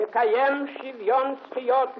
תקיים שוויון זכויות